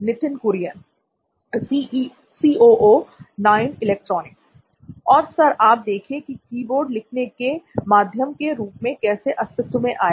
नित्थिन Kurian C O O नॉइन electronics और sir आप देखिए कि कीबोर्ड लिखने के माध्यम के रूप में कैसे अस्तित्व में आया